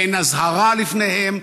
אין אזהרה לפניהם,